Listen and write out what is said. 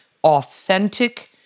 authentic